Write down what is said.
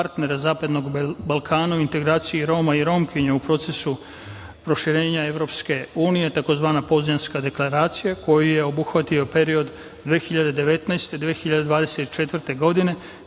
partnera Zapadnog Balkana u integraciji Roma i Romkinja u procesu proširenja Evropske unije tzv. Poznanjska deklaracija, koju je obuhvatio period od 2019. do 2024. godine,